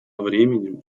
временем